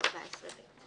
אפשר יהיה להוסיף את זה.